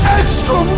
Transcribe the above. extra